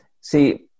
See